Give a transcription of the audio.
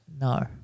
No